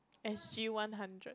s_g one hundred